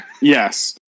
Yes